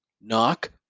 Knock